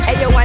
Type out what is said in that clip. Ayo